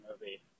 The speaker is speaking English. movie